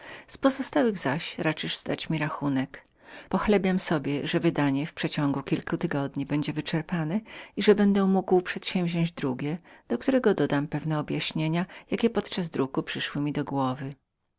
z pozostałych zaś zdasz mi rachunek pochlebiam sobie że wydanie w przeciągu kilku tygodni będzie wyczerpanem i że będę mógł przedsięwziąść drugie do którego dodam pewne objaśnienia jakie podczas druku przyszły mi do głowy